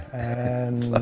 and